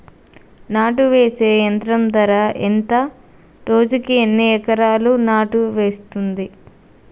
నాటు వేసే యంత్రం ధర ఎంత రోజుకి ఎన్ని ఎకరాలు నాటు వేస్తుంది?